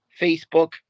Facebook